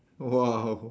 !wow!